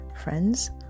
Friends